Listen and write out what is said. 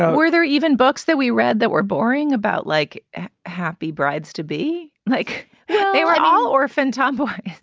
ah were there even books that we read that were boring about, like happy brides to be like they were all orphan tomboy?